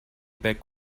back